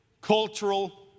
cultural